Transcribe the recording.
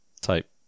type